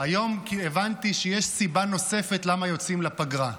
היום הבנתי שיש סיבה נוספת למה יוצאים לפגרה.